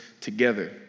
together